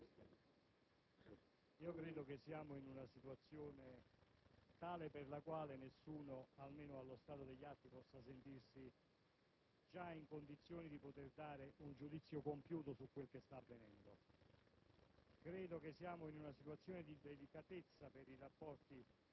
Presidente, siamo in una situazione tale per la quale nessuno, almeno allo stato degli atti, può sentirsi in condizione di dare un giudizio compiuto su quel che sta avvenendo.